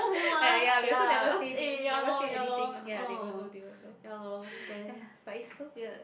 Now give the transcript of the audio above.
ah ya we also never say name never say anything okay lah they won't know they won't know !aiya! but is so weird